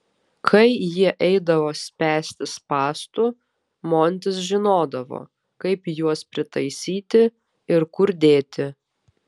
kai jie eidavo spęsti spąstų montis žinodavo kaip juos pritaisyti ir kur dėti